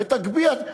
ותגביה,